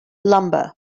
lumber